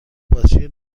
باتری